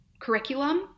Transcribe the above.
curriculum